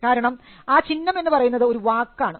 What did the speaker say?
കാരണം ആ ചിഹ്നം എന്നു പറയുന്നത് ഒരു വാക്കാണ് ആണ്